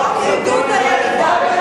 חוק עידוד הירידה.